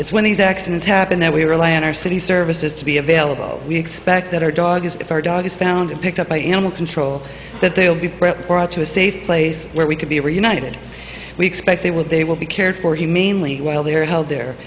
it's when these accidents happen that we rely on our city services to be available we expect that our dogs if our dog is found picked up by animal control that they will be brought to a safe place where we can be reunited we expect they will they will be cared for humanely while they're held there